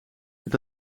het